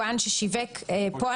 פה.